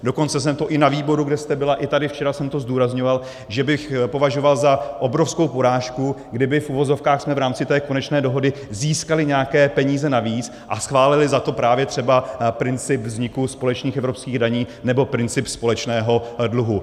Dokonce jsem to i na výboru, kde jste byla, i tady včera jsem to zdůrazňoval, že bych považoval za obrovskou porážku, kdybychom v uvozovkách v rámci té konečné dohody získali nějaké peníze navíc a schválili za to právě třeba princip vzniku společných evropských daní nebo princip společného dluhu.